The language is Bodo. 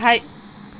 गाहाय